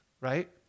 right